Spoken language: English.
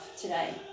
today